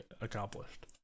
accomplished